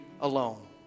alone